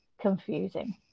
confusing